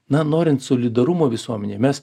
na norint solidarumo visuomenėj mes